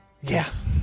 yes